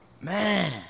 Man